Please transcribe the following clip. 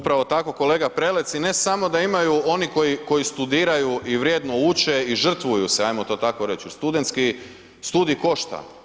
Upravo tako, kolega Prelec, i ne samo da imaju oni koji studiraju i vrijedno uče i žrtvuju se, hajmo to tako reći, studentski studij košta.